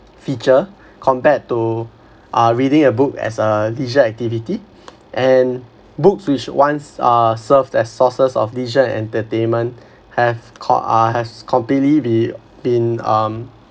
feature compared to uh reading a book as a leisure activity and books which once uh served as sources of leisure and entertainment have com~ has completely be been um